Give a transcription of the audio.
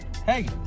Hey